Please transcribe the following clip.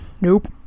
Nope